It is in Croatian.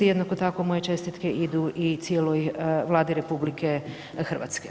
Jednako tako moje čestitke idu i cijeloj Vladi RH.